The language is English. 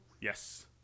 yes